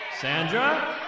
Sandra